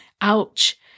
Ouch